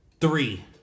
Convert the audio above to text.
three